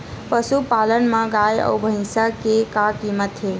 पशुपालन मा गाय अउ भंइसा के का कीमत हे?